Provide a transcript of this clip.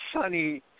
sunny